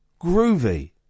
groovy